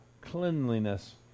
cleanliness